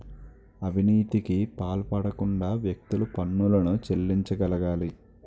అవినీతికి పాల్పడకుండా వ్యక్తులు పన్నులను చెల్లించగలగాలి